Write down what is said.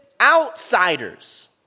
outsiders